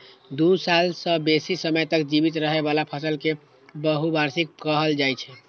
दू साल सं बेसी समय तक जीवित रहै बला फसल कें बहुवार्षिक कहल जाइ छै